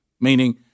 Meaning